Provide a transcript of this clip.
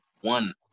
one